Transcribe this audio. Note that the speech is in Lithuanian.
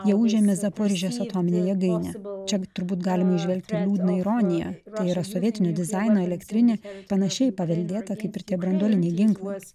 jie užėmė zaporižės atominę jėgainę čia turbūt galima įžvelgti liūdną ironiją yra sovietinio dizaino elektrinė panašiai paveldėta kaip ir tie branduoliniai ginklai